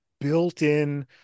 built-in